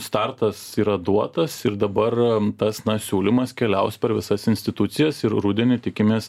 startas yra duotas ir dabar tas siūlymas keliaus per visas institucijas ir rudenį tikimės